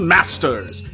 Masters